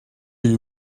you